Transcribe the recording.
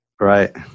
Right